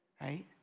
right